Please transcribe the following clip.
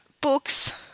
books